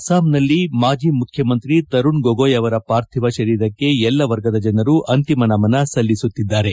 ಅಸ್ಸಾಂನಲ್ಲಿ ಮಾಜಿ ಮುಖ್ಯಮಂತ್ರಿ ತರುಣ್ ಗೊಗೊಯ್ ಅವರ ಪಾರ್ಥಿವ ಶರೀರಕ್ಕೆ ಎಲ್ಲ ವರ್ಗದ ಜನರು ಅಂತಿಮ ನಮನ ಸಲ್ಲಿಸುತ್ತಿದ್ದಾರೆ